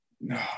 no